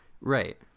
Right